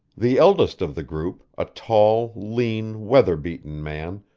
the eldest of the group, a tall, lean, weather-beaten man,